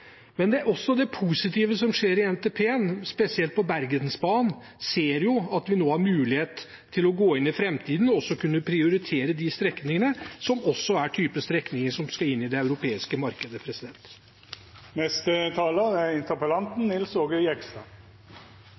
Men også med det positive som skjer i NTP-en, spesielt på Bergensbanen, ser vi at vi nå har mulighet for i framtiden å kunne prioritere de strekningene, som også er strekninger som skal inn i det europeiske markedet. Jeg vil takke for alle de gode innleggene. Jeg tror det er